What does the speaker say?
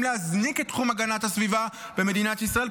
להזניק את תחום הגנת הסביבה במדינת ישראל,